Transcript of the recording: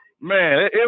Man